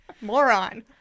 Moron